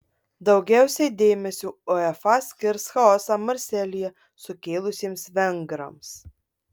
daugiausiai dėmesio uefa skirs chaosą marselyje sukėlusiems vengrams